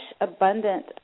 abundant